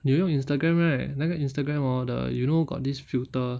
你有用 instagram right 那个 instagram orh the you know got this filter